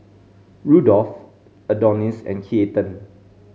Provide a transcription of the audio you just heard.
Rudolf Adonis and Keaton